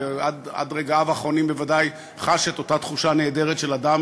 ועד רגעיו האחרונים בוודאי חש את אותה תחושה נהדרת של אדם